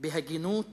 בהגינות